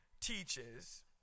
teaches